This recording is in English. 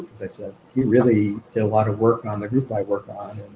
i said he really did a lot of work on the group i work on,